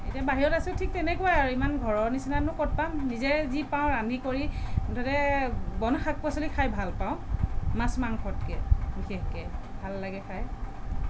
এতিয়া বাহিৰত আছোঁ ঠিক তেনেকুৱাই আৰু ইমান ঘৰৰ নিচিনানো ক'ত পাম নিজে যি পাওঁ ৰান্ধি কৰি মুঠতে বন শাক পাচলি খাই ভাল পাওঁ মাছ মাংসতকে বিশেষকে ভাল লাগে খায়